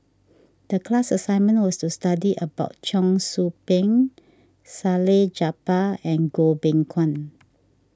the class assignment was to study about Cheong Soo Pieng Salleh Japar and Goh Beng Kwan